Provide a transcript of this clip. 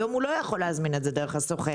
היום הוא לא יכול להזמין דרך הסוכן,